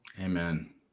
Amen